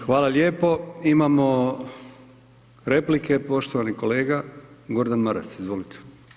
Hvala lijepo, imamo replike, poštovani kolega Gordan Maras, izvolite.